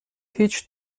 هیچ